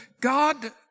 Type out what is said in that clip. God